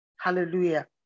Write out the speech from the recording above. Hallelujah